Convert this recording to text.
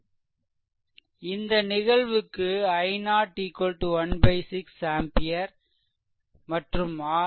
இந்த நிகழ்வுக்கு i0 1 6 ampere மற்றும் RThevenin V0 i0